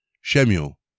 Shemuel